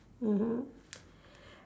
mmhmm